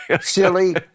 silly